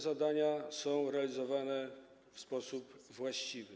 Zadania te są realizowane w sposób właściwy.